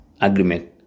agreement